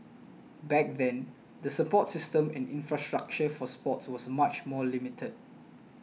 back then the support system and infrastructure for sports was much more limited